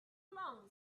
long